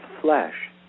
flesh